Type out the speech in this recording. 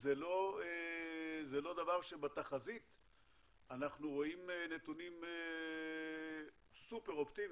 זה לא דבר שבתחזית אנחנו רואים נתונים סופר אופטימיים.